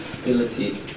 Ability